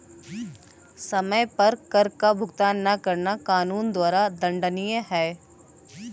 समय पर कर का भुगतान न करना कानून द्वारा दंडनीय है